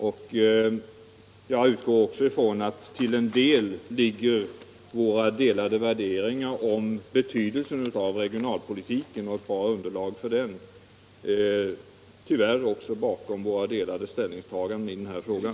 Tyvärr är det nog också så att våra delade värderingar om betydelsen av regionalpolitiken och ett bra underlag för den till en del ligger bakom våra olika ställningstaganden i den här frågan.